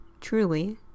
truly